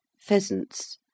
pheasants